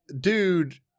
dude